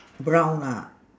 brown lah